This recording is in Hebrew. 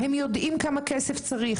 הם יודעים כמה כסף צריך.